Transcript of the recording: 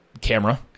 camera